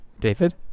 David